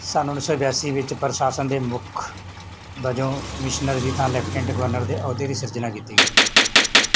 ਸੰਨ ਉੱਨੀ ਸੌ ਬਿਆਸੀ ਵਿੱਚ ਪ੍ਰਸ਼ਾਸਨ ਦੇ ਮੁੱਖ ਵਜੋਂ ਕਮਿਸ਼ਨਰ ਦੀ ਥਾਂ ਲੈਫਟੀਨੈਂਟ ਗਵਰਨਰ ਦੇ ਅਹੁਦੇ ਦੀ ਸਿਰਜਣਾ ਕੀਤੀ ਗਈ